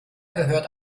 gehört